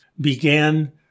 began